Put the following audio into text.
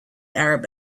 arab